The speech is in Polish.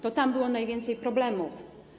To tam było najwięcej problemów.